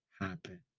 happen